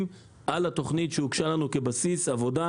על התוכנית שהוגשה לנו כבסיס עבודה.